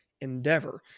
endeavor